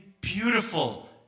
beautiful